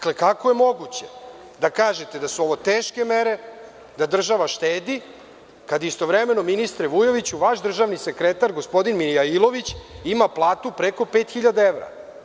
Kako je moguće da kažete da su ovo teške mere, da država štedi, kad istovremeno, ministre Vujoviću, vaš državni sekretar, gospodin Mijailović ima platu preko pet hiljada evra?